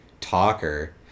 talker